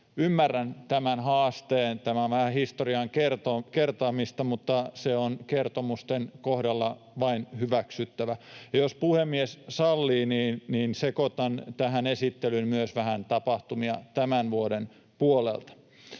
Ymmärrän tämän haasteen. Tämä on vähän historian kertaamista, mutta se on kertomusten kohdalla vain hyväksyttävä, ja jos puhemies sallii, niin sekoitan tähän esittelyyn myös vähän tapahtumia tämän vuoden puolelta.